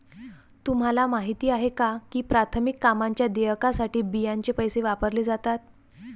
तुम्हाला माहिती आहे का की प्राथमिक कामांच्या देयकासाठी बियांचे पैसे वापरले जातात?